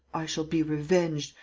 i shall be revenged.